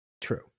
true